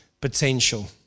potential